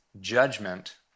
Judgment